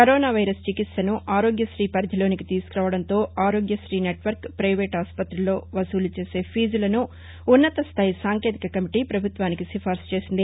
corona చికిత్సను ఆరోగ్య శ్రీ పరిధిలోనికి తీసుకురావడంతోఆరోగ్య ్రీనెట్వర్క్ పైవేట్ ఆస్పతుల్లో వసూలు చేసే ఫీజులను ఉన్నతస్థాయి సాంకేతిక కమిటీ ప్రభుత్వానికి సిఫారసు చేసింది